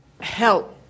help